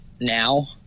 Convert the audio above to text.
now